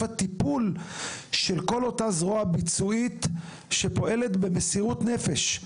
הטיפול של כל אותה זרוע ביצועית שפועלת במסירות נפש,